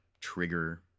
trigger